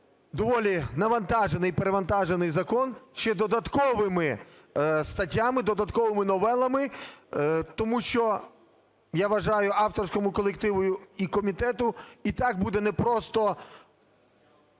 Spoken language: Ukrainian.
доволі навантажений і перевантажений закон ще додатковими статтями, додатковими новелами, тому що, я вважаю, авторському колективу і комітету і так буде непросто